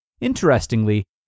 Interestingly